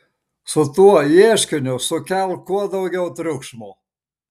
su tuo ieškiniu sukelk kuo daugiau triukšmo